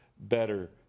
better